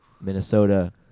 Minnesota –